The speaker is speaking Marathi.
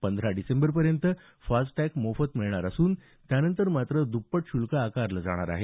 पंधरा डिसेंबरपर्यंत फास्टटॅग मोफत मिळणार असून त्यानंतर मात्र दुप्पट शुल्क आकारलं जाणार आहे